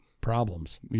problems